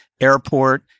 airport